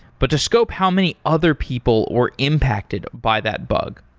but to scope how many other people were impacted by that bug.